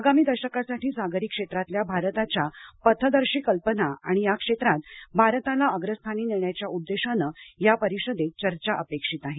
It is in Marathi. आगामी दशकासाठी सागरी क्षेत्रातल्या भारताच्या पथदर्शी कल्पना आणि या क्षेत्रात भारताला अग्रस्थानी नेण्याच्या उद्देशानं या परिषदेत चर्चा अपेक्षित आहे